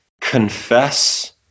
confess